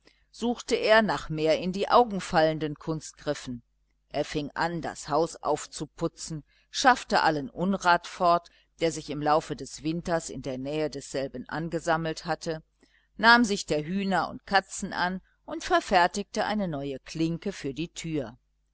suchte er nach mehr in die augen fallenden kunstgriffen er fing an das haus aufzuputzen schaffte allen unrat fort der sich im laufe des winters in der nähe desselben angesammelt hatte nahm sich der hühner und katzen an und verfertigte eine neue klinke für die tür